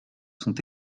sont